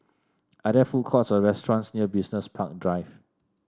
are there food courts or restaurants near Business Park Drive